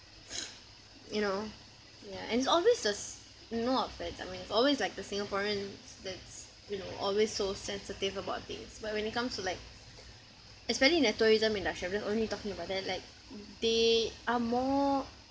you know yeah and it's always the s~ no offence I mean it's always like the singaporeans that's you know always so sensitive about things but when it comes to like especially in the tourism industry I'm just only talking about then like they are more